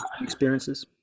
experiences